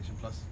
Plus